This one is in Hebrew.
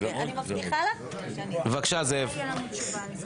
באמצעות פיליבסטר מעכבים חוקים,